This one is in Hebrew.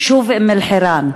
שוב אום-אלחיראן.